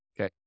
Okay